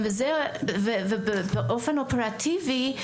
באופן אופרטיבי,